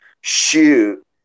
shoot